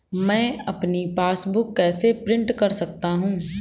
मैं अपनी पासबुक कैसे प्रिंट कर सकता हूँ?